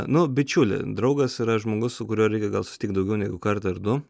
nu bičiulį draugas yra žmogus su kuriuo reikia gal susitikt daugiau negu kartą ir du